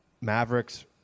Mavericks